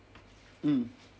mm